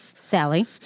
Sally